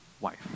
wife